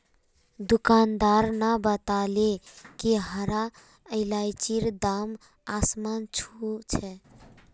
दुकानदार न बताले कि हरा इलायचीर दाम आसमान छू छ